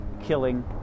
killing